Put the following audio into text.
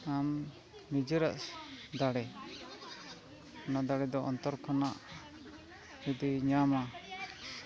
ᱟᱢ ᱱᱤᱡᱮᱨᱟᱜ ᱫᱟᱲᱮ ᱚᱱᱟ ᱫᱟᱲᱮ ᱫᱚ ᱚᱱᱛᱚᱨ ᱠᱷᱚᱱᱟᱜ ᱡᱩᱫᱤ ᱧᱟᱢᱟ